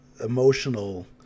emotional